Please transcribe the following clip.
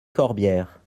corbière